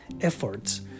efforts